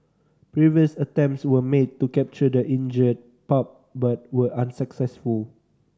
previous attempts were made to capture the injured pup but were unsuccessful